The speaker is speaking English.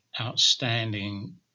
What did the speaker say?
outstanding